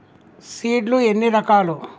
Seed లు ఎన్ని రకాలు?